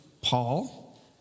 Paul